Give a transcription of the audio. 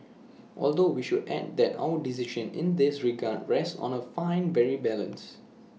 although we should add that our decision in this regard rests on A fine very balance